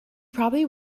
probably